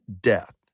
death